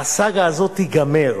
הסאגה הזאת תיגמר.